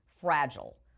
fragile